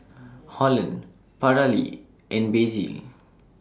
Holland Paralee and Basil